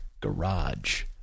garage